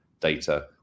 data